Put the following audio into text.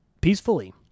peacefully